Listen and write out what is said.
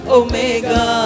omega